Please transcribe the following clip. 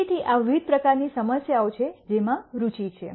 તેથી આ વિવિધ પ્રકારની સમસ્યાઓ છે જે રુચિ છે